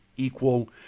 equal